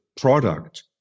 product